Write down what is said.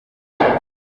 wampaye